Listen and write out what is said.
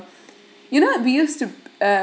you know we used to